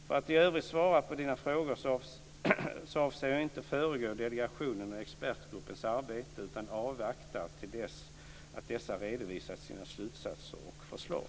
För att i övrigt svara på Margareta Cederfelts fråga avser jag inte att föregå delegationens och expertgruppens arbeten utan avvaktar till dess att dessa redovisat sina slutsatser och förslag.